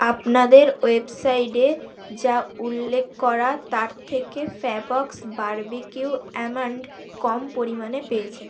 আপনাদের ওয়েবসাইটে যা উল্লেখ করা তার থেকে ফোবক্স বার্বিকিউ আম্যন্ড কম পরিমাণে পেয়েছে